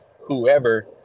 whoever